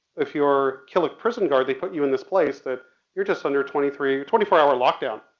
if you're kill a prison guard, they put you in this place that you're just under twenty three twenty four hour lockdown.